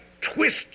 twist